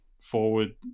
forward